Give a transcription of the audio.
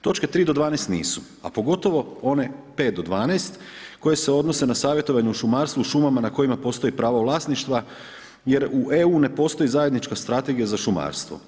Točke 3 do 12 nisu, a pogotovo one 5 do 12 koje se odnose na savjetovanje u šumarstvu u šumama na kojima postoji pravno vlasništva jer u EU ne postoji zajednička strategija za šumarstvo.